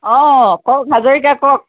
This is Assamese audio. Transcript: অ কওক হাজৰিকা কওক